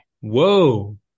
Whoa